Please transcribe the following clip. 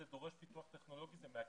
זה דורש פיתוח טכנולוגי וזה מעכב.